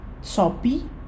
Shopee